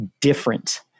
different